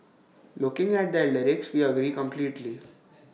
looking at their lyrics we agree completely